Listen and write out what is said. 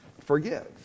forgive